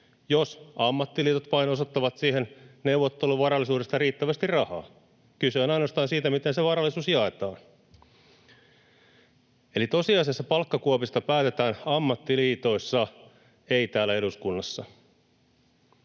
jos ammattiliitot vain osoittavat siihen neuvotteluvarallisuudesta riittävästi rahaa. Kyse on ainoastaan siitä, miten se varallisuus jaetaan. Eli tosiasiassa palkkakuopista päätetään ammattiliitoissa, ei täällä eduskunnassa.